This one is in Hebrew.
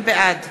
בעד